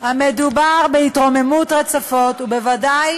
מדובר בהתרוממות רצפות, וודאי